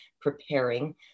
preparing